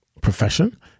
profession